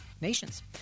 nations